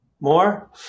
More